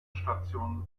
stationen